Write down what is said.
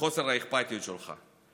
וחוסר האכפתיות שלך.